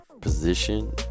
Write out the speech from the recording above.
position